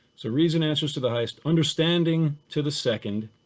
so reason answers to the highest. understanding to the second.